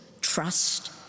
trust